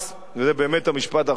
וזה באמת המשפט האחרון שלי,